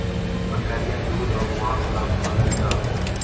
बकरियाँ दूध और माँस ला पलाल जा हई